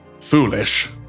Foolish